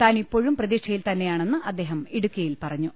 താനിപ്പോഴും പ്രതീക്ഷയിൽ തന്നെയാണെന്ന് അദ്ദേഹം ഇടുക്കിയിൽ പറഞ്ഞു